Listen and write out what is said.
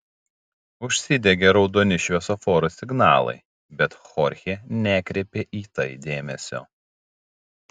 užsidegė raudoni šviesoforo signalai bet chorchė nekreipė į tai dėmesio